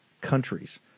countries